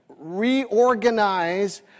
reorganize